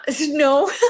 no